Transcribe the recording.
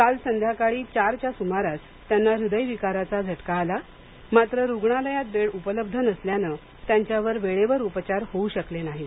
काल संध्याकाळी चारच्या सुमारास त्यांना हृदयविकाराचा झटका आला मात्र रुग्णालयात बेड उपलब्ध नसल्याने वेळेवर उपचार होऊ शकले नाहीत